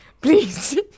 please